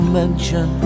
mention